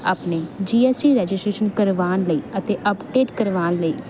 ਆਪਣੇ G S T registration ਕਰਵਾਉਣ ਲਈ ਅਤੇ ਅਪਡੇਟ ਕਰਵਾਉਣ ਲਈ